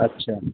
अछा